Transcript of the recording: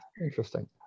interesting